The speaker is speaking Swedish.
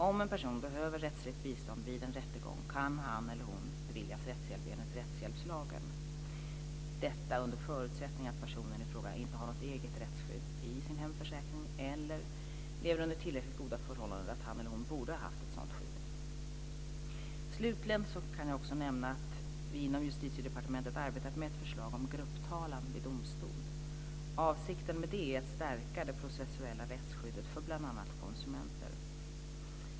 Om en person behöver rättsligt bistånd vid en rättegång kan han eller hon beviljas rättshjälp enligt rättshjälpslagen , detta under förutsättningen att personen i fråga inte har något eget rättsskydd i sin hemförsäkring eller lever under tillräckligt goda förhållanden för att han eller hon borde ha haft ett sådant skydd. Slutligen kan jag också nämna att man inom Justitiedepartementet arbetar med ett förslag om grupptalan vid domstol. Avsikten med det är att stärka det processuella rättsskyddet för bl.a. konsumenter.